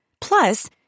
Plus